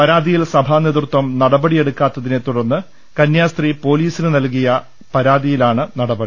പരാതിയിൽ സഭാ നേതൃത്വം നടപടിയെടുക്കാത്തതിനെ തുടർന്ന് കന്യാസ്ത്രീ പോലീസിന് നൽകിയ പരാതിയിലാണ് നടപടി